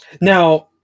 Now